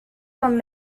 from